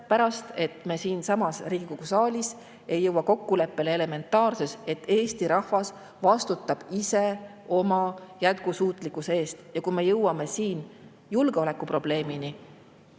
sellepärast, et me siinsamas Riigikogu saalis ei jõua kokkuleppele elementaarses: eesti rahvas vastutab ise oma jätkusuutlikkuse eest. Me jõuame siin julgeolekuprobleemini: